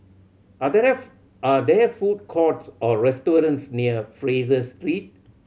are there are there food courts or restaurants near Fraser Street